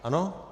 Ano?